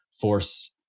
force